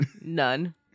None